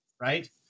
Right